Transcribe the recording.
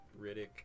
Riddick